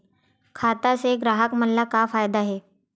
खाता से ग्राहक मन ला का फ़ायदा हे?